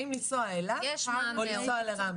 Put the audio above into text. האם לנסוע אליו או לנסוע לרמב"ם?